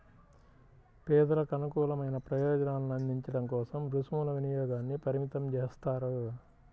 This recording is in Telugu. పేదలకు అనుకూలమైన ప్రయోజనాలను అందించడం కోసం రుసుముల వినియోగాన్ని పరిమితం చేస్తారు